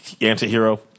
anti-hero